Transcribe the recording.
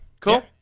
cool